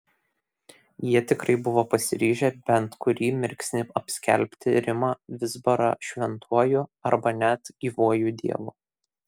jie tikrai buvo pasiryžę bet kurį mirksnį apskelbti rimą vizbarą šventuoju arba net gyvuoju dievu